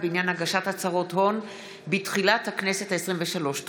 בעניין הגשת הצהרות הון בתחילת הכנסת העשרים-ושלוש.